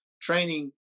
training